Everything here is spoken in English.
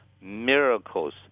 Miracles